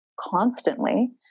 constantly